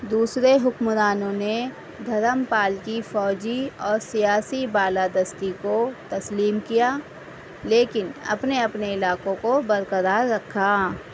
دوسرے حکمرانوں نے دھرم پال کی فوجی اور سیاسی بالادستی کو تسلیم کیا لیکن اپنے اپنے علاقوں کو برقرار رکھا